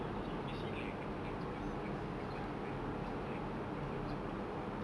ya lah because obviously like the plants pon contr~ constantly be like con~ uh consuming